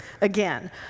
again